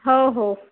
हो हो